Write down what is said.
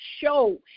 show